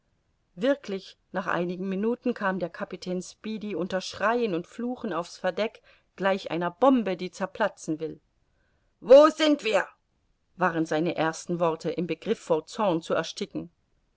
wirklich nach einigen minuten kam der kapitän speedy unter schreien und fluchen auf's verdeck gleich einer bombe die zerplatzen will wo sind wir waren seine ersten worte im begriff vor zorn zu ersticken